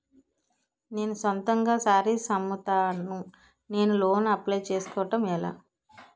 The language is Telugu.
నేను సొంతంగా శారీస్ అమ్ముతాడ, నేను లోన్ అప్లయ్ చేసుకోవడం ఎలా?